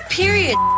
period